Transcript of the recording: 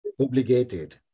obligated